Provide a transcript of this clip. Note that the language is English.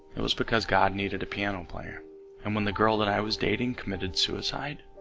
it was because god needed a piano player and when the girl that i was dating committed suicide